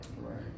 Right